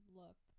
look